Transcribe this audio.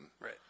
Right